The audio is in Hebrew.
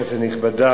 כנסת נכבדה,